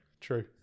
true